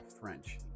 French